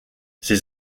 ses